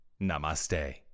Namaste